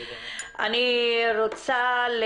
בבקשה,